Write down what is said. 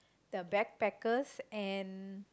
the backpackers and